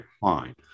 fine